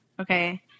Okay